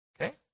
Okay